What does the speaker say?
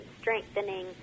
strengthening